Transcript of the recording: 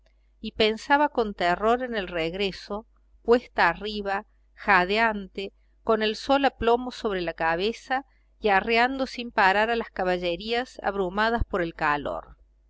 y pensaba con terror en el regreso cuesta arriba jadeante con el sol a plomo sobre la cabeza y arreando sin parar a las caballerías abrumadas por el calor